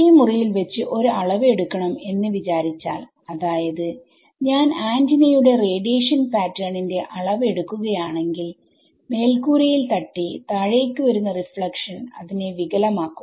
ഈ മുറിയിൽ വെച്ച് ഒരു അളവ് എടുക്കണം എന്ന് വിചാരിച്ചാൽ അതായത് ഞാൻ ആന്റിനയുടെ റേഡിയേഷൻ പാറ്റേൺന്റെഅളവ് എടുക്കുകയാണെങ്കിൽ മേൽക്കൂരയിൽ തട്ടി താഴേക്ക് വരുന്ന റിഫ്ലക്ഷൻഅതിനെ വികലമാക്കും